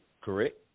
correct